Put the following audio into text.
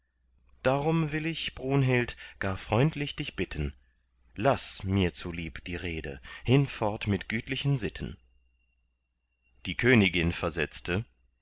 darum will ich brunhild gar freundlich dich bitten laß mir zulieb die rede hinfort mit gütlichen sitten die königin versetzte